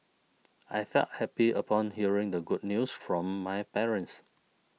I felt happy upon hearing the good news from my parents